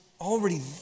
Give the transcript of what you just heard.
already